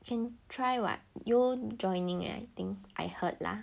can try [what] yone joining leh I think I heard lah